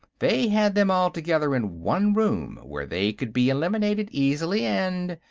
they had them all together in one room, where they could be eliminated easily, and.